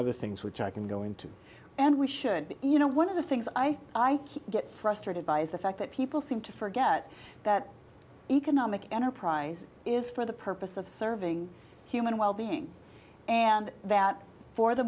other things which i can go into and we should you know one of the things i get frustrated by is the fact that people seem to forget that economic enterprise is for the purpose of serving human well being and that for the